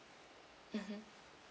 mmhmm